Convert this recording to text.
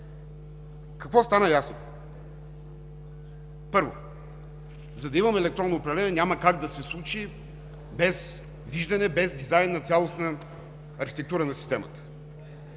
Какво стана ясно? Първо, за да имаме електронно управление, няма как да се случи без виждане, без дизайн на цялостната архитектура на системата,